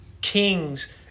kings